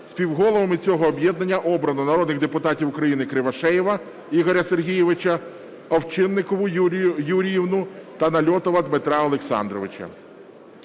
Співголовами цього об'єднання обрано народних депутатів України: Кривошеєва Ігоря Сергійовича. Овчинникову Юлію Юріївну та Нальотова Дмитра Олександровича.